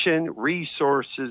resources